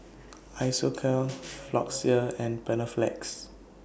Isocal Floxia and Panaflex